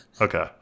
Okay